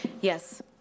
Yes